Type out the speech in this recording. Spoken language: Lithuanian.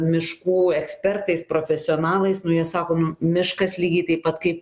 miškų ekspertais profesionalais nu jie sako nu miškas lygiai taip pat kaip